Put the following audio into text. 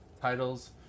titles